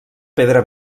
pedra